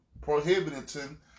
prohibiting